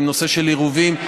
עם נושא של עירובים,